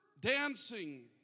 Dancing